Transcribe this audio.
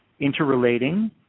interrelating